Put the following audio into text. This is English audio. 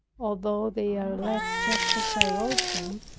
although they are left just as i wrote them,